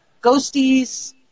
ghosties